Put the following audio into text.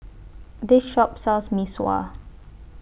This Shop sells Mee Sua